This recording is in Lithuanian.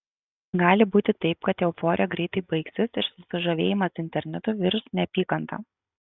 gali būti taip kad euforija greitai baigsis ir susižavėjimas internetu virs neapykanta